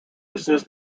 assist